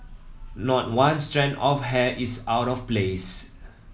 not one strand of hair is out of place